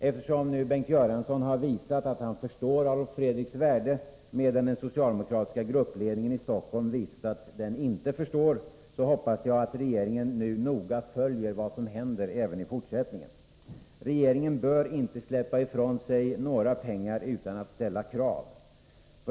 Eftersom Bengt Göransson har visat att han förstår Adolf Fredriks värde, medan den socialdemokratiska gruppledningen i Stockholm visat att den inte förstår, hoppas jag att regeringen noga följer vad som händer i fortsättningen. Regeringen bör inte släppa ifrån sig pengar utan att ställa krav.